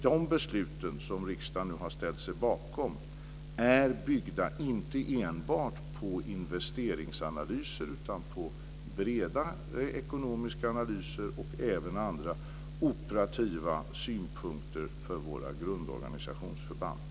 De besluten, som riksdagen nu har ställt sig bakom, är alltså inte enbart byggda på investeringsanalyser utan också på breda ekonomiska analyser och även andra operativa synpunkter för våra grundorganisationsförband.